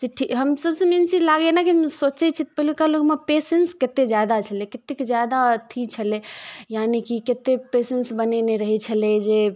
चिट्ठी हम सबसे मेन चीज लागैया ने सोचै छियै पहिलुका लोकमे पेसेंस कते जादा छलै कतेक जादा अथी छलै यानि कि कते पेसेंस बनेने रहे छलै जे